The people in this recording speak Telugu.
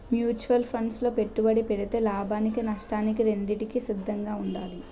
మ్యూచువల్ ఫండ్సు లో పెట్టుబడి పెడితే లాభానికి నష్టానికి రెండింటికి సిద్ధంగా ఉండాలి